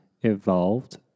evolved